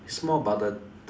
it's more about the